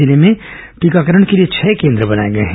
जिले में टीकाकरण के लिए छह केन्द्र बनाए गए है